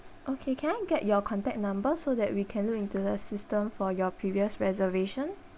okay can I get your contact number so that we can look into the system for your previous reservation